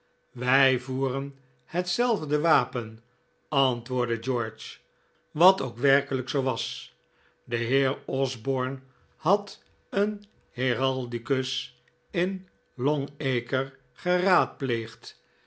wij voeren hetzelfde wapen antwoordde george wat ook werkelijk zoo was de heer osborne had een heraldicus in long